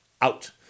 out